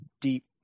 deep